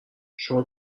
شما